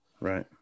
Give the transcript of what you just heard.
right